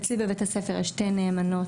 אצלי בבית הספר יש שתי נאמנות,